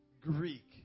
Greek